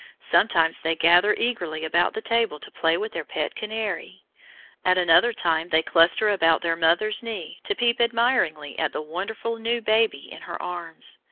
sometimes they gather eagerly about the table to play with their pet canary at another time they cluster about their mother's knee to peep admiringly at the wonderful new baby in her arms,